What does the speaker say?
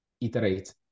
iterate